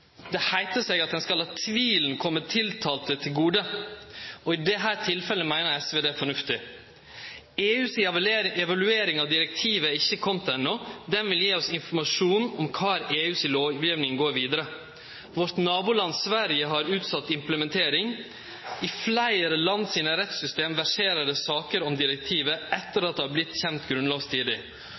Det heiter seg at ein skal la tvilen kome tiltalte til gode, og i dette tilfellet meiner SV det vil vere fornuftig: EU si evaluering av direktivet er ikkje komen enno. Ho vil gje oss informasjon om kvar EUs lovgjeving går vidare. Vårt naboland Sverige har utsett implementeringa. I fleire land sine rettssystem verserer det saker om direktivet etter at det har vorte kjent